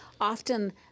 often